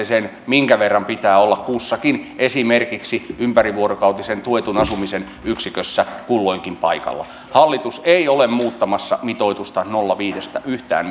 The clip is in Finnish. sen minkä verran hoitajia pitää olla kussakin esimerkiksi ympärivuorokautisen tuetun asumisen yksikössä kulloinkin paikalla hallitus ei ole muuttamassa mitoitusta nolla pilkku viidestä yhtään